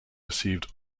received